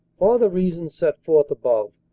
for the reasons set forth above,